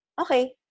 Okay